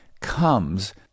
comes